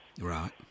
Right